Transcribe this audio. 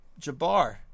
Jabbar